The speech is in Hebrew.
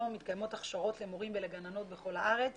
מתקיימות הכשרות למורים ולגננות בכל הארץ